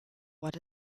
what